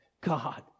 God